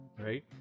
right